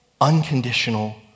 unconditional